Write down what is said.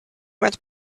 went